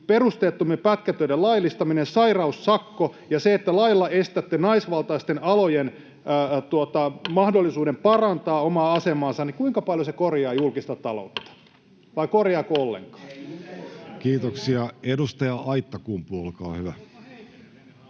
perusteettomien pätkätöiden laillistaminen, sairaussakko ja se, että lailla estätte naisvaltaisten alojen mahdollisuuden parantaa omaa asemaansa, korjaavat julkista taloutta, vai korjaavatko ollenkaan? Kiitoksia. — Edustaja Aittakumpu, olkaa hyvä.